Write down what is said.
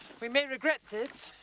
we may regret this.